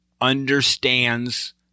understands